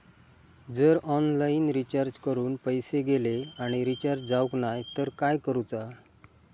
जर online recharge करून पैसे गेले आणि रिचार्ज जावक नाय तर काय करूचा?